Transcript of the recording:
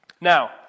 now